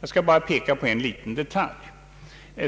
Jag skall bara peka på en liten detalj.